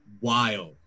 wild